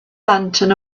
lantern